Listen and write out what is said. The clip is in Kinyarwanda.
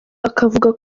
akavuga